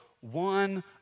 one